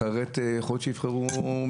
אחרת יכול להיות שיבחרו מקצוע אחר.